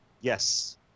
Yes